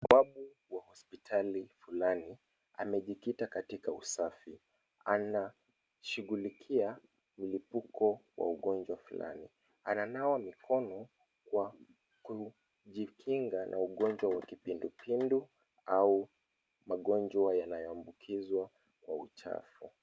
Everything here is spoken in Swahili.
Bawabu wa hospitali fulani amejikita katika usafi. Anashughulikia mlipuko wa ugonjwa fulani. Ananawa mikono, kwa kujikinga na ugonjwa wa kipindupindu au magonjwa yanayoambukizwa kwa uchafu.